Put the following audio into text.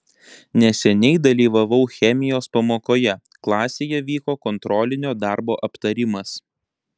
neseniai dalyvavau chemijos pamokoje klasėje vyko kontrolinio darbo aptarimas